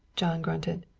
jean grunted.